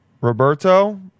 Roberto